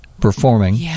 performing